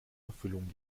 erfüllung